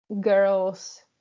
girls